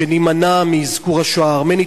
נימנע מאזכור השואה הארמנית.